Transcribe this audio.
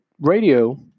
radio